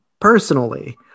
personally